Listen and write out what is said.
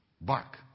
Bark